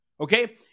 Okay